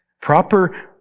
Proper